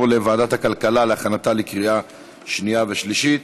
לוועדת הכלכלה להכנתה לקריאה שנייה ושלישית.